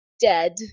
dead